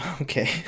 Okay